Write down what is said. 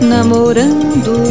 Namorando